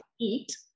eat